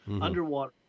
underwater